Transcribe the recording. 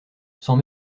sans